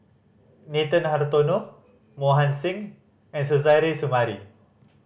Nathan Hartono Mohan Singh and Suzairhe Sumari